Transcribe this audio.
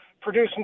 producing